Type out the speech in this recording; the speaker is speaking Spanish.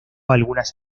algunas